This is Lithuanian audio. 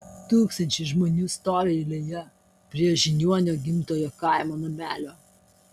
tūkstančiai žmonių stovi eilėje prie žiniuonio gimtojo kaimo namelio